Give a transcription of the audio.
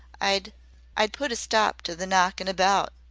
i'd i'd put a stop to the knockin' about,